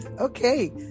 Okay